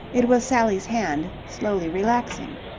it was sally's hand, slowly relaxing.